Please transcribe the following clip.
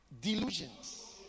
delusions